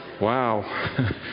Wow